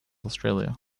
australia